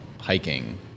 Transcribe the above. hiking